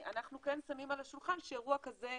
אנחנו כן שמים על השולחן שאירוע כזה,